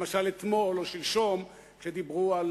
למשל אתמול או שלשום כשדיברו על